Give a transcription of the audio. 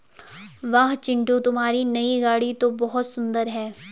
वाह चिंटू तुम्हारी नई गाड़ी तो बहुत सुंदर है